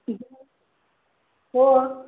तुझं हो